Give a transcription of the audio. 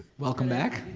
welcome back.